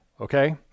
Okay